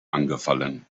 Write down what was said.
angefallen